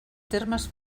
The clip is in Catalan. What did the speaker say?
termes